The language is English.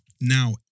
now